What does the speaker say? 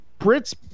Brits